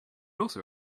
also